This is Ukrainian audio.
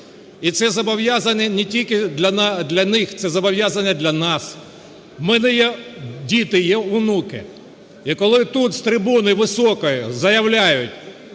І це зобов'язання не тільки для них. Це зобов'язання для нас. У мене є діти, є онуки. І коли тут з трибуни високої заявляють,